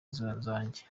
zange